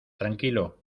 tranquilo